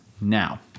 Now